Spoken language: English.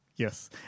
Yes